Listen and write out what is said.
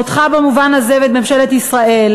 אותך במובן הזה ואת ממשלת ישראל,